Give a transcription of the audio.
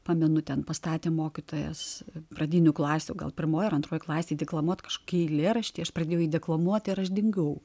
pamenu ten pastatė mokytojas pradinių klasių gal pirmoje ar antroje klasėje deklamuoti kažkokį eilėraštį aš pradėjau deklamuoti ir aš dingau